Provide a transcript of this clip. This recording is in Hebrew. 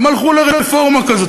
הם הלכו לרפורמה כזאת.